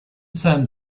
san